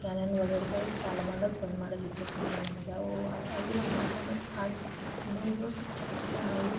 ಏನೇನು ಓಡಾಡ್ತವೋ ಚಾಲೂ ಮಾಡೋದು ಬಂದ್ ಮಾಡೋದು ನಮಗೆ ಓಹ್ ಆಗಿರೋದು ಮನ್ಷನ ಆಗ ಘಟ್ ಬಿಲ್ಲ ನಾವು